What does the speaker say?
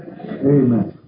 Amen